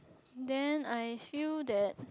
then I feel that